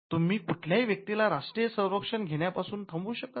तुम्ही कुठल्याही व्यक्तीला राष्ट्रीय संरक्षण घेण्यापासून थांबवू शकत नाही